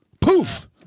poof